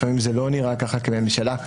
לפעמים זה לא נראה ככה כממשלה,